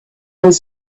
was